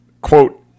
quote